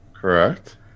Correct